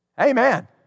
Amen